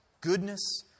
goodness